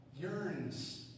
yearns